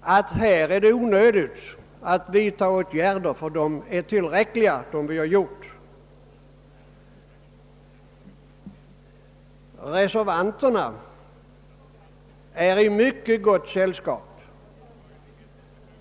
att det här är onödigt att vidta åtgärder, eftersom det är tillräckligt med vad som redan gjorts. Reservanterna är i mycket gott säll skap.